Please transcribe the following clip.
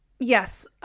Yes